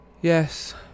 Yes